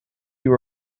you